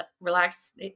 relax